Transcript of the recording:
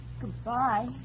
Goodbye